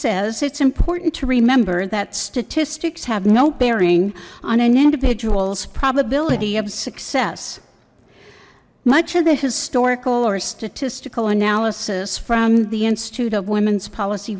says it's important to remember that statistics have no bearing on an individual's probability of success much of the historical or statistical analysis from the institute of women's policy